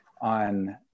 on